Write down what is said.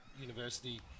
university